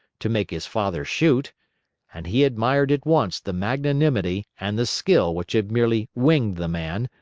to make his father shoot and he admired at once the magnanimity and the skill which had merely winged the man,